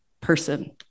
person